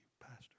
Pastor